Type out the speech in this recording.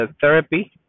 therapy